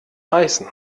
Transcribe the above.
heißen